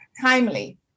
timely